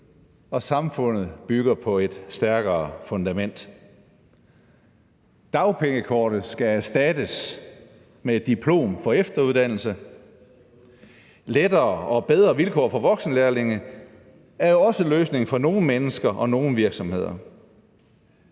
og samfundet bygger på et stærkere fundament. Dagpengekortet skal erstattes med et diplom for efteruddannelse. Lettere og bedre vilkår for voksenlærlinge er jo også løsningen for nogle mennesker og nogle virksomheder.